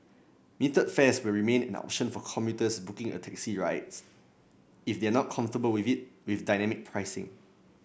metered fares will remain an option for commuters booking a taxi rides if they are not comfortable with it with dynamic pricing